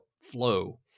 flow